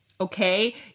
Okay